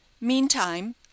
Meantime